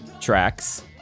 tracks